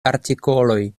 artikoloj